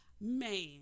man